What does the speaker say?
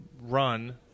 run